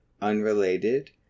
unrelated